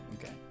Okay